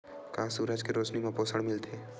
का सूरज के रोशनी म पोषण मिलथे?